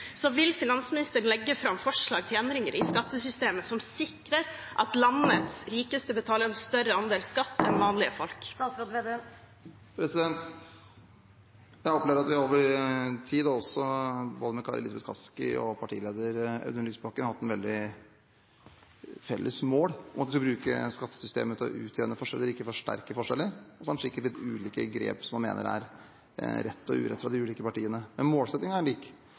Vil finansministeren legge fram forslag til endringer i skattesystemet som sikrer at landets rikeste betaler en større andel skatt enn vanlige folk? Jeg opplever at vi over tid – med både Kari Elisabeth Kaski og partileder Audun Lysbakken – har hatt et felles mål om å bruke skattesystemet til å utjevne forskjeller, ikke forsterke forskjeller. Så har de ulike partiene sikkert litt ulike grep som man mener er rett og ikke rett, men målsettingen er lik. Noe av kvaliteten med Norge er